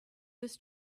this